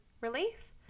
relief